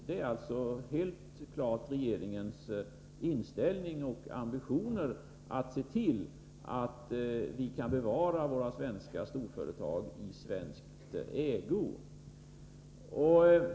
Det är alltså helt klart regeringens inställning och ambition att se till att vi kan bevara våra svenska storföretag i svensk ägo.